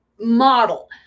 model